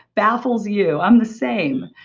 baffles you, i'm the same.